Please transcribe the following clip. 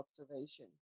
observation